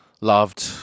loved